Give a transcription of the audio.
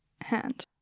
hand